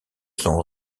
son